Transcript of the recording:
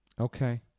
Okay